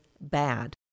bad